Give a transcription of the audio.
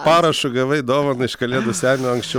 parašu gavai dovaną iš kalėdų senio anksčiau